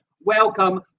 welcome